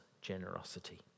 generosity